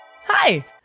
Hi